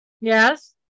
yes